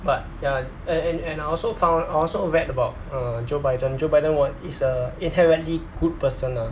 but ya and and and I also found I also read about err joe biden joe biden wa~ is a inherently good person lah